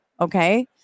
Okay